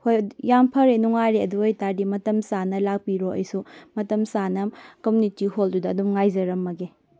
ꯍꯣꯏ ꯌꯥꯝ ꯐꯔꯦ ꯅꯨꯡꯉꯥꯏꯔꯦ ꯑꯗꯨ ꯑꯣꯏꯇꯥꯔꯗꯤ ꯃꯇꯝ ꯆꯥꯅ ꯂꯥꯛꯄꯤꯔꯣ ꯑꯩꯁꯨ ꯃꯇꯝ ꯆꯥꯅ ꯀꯃ꯭ꯌꯨꯅꯤꯇꯤ ꯍꯣꯜꯗꯨꯗ ꯑꯗꯨꯝ ꯉꯥꯏꯖꯔꯝꯃꯒꯦ